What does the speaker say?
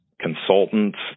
consultants